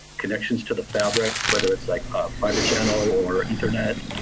connections to the fabric, whether it's like a fiber channel or ethernet.